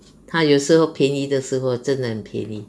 他有时候便宜的时候真的很便宜